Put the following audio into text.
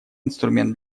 инструмент